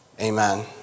Amen